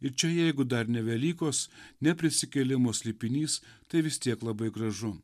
ir čia jeigu dar ne velykos ne prisikėlimo slėpinys tai vis tiek labai gražu